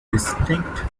distinct